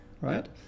Right